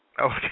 Okay